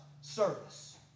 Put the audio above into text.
Service